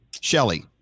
Shelly